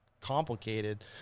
complicated